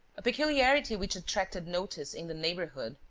a peculiarity which attracted notice in the neighbourhood,